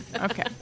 okay